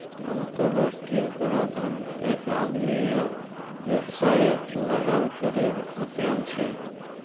अंतर्राष्ट्रीय कराधन एक आदमी या वैवसायेत लगाल करेर अध्यन छे